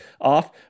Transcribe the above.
off